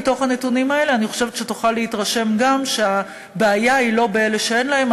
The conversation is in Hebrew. מהנתונים האלה אני חושבת שתוכל להתרשם שהבעיה היא לא באלה שאין להם.